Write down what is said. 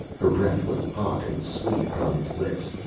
her breath was hot and sweet upon his lips,